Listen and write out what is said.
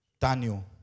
Daniel